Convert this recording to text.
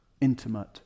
intimate